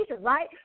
right